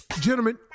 gentlemen